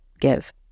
give